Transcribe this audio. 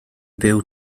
byw